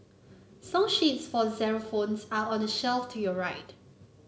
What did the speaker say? song sheets for xylophones are on the shelf to your right